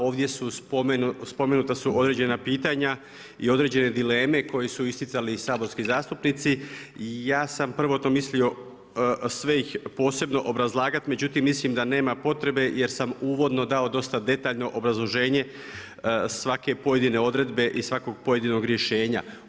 Ovdje su spomenuta određena pitanja i određene dileme koje su isticali i saborski zastupnici, ja sam prvotno mislio sve ih posebno obrazlagati, međutim mislim da nema potrebe jer sam uvodno dao dosta detaljno obrazloženje svake pojedine odredbe i svakog pojedinog rješenja.